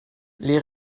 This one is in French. les